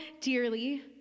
dearly